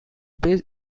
based